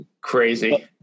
crazy